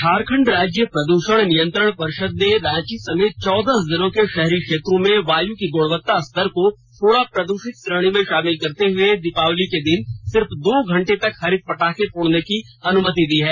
झारखंड राज्य प्रद्षण नियंत्रण पर्षद ने रांची समेत चौदह जिलों के शहरी क्षेत्रों में वायु की गुणवत्ता स्तर को थोड़ा प्रदूषित श्रेणी में शामिल करते हुए दीपावली के दिन सिर्फ दो घंटे तक हरित पटाखे फोड़ने की अनुमति दी है